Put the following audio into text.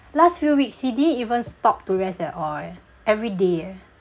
last few weeks he didn't even stop to rest at all eh everyday eh